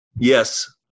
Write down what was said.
yes